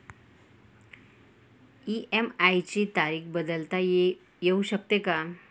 EMI ची तारीख बदलता येऊ शकते का?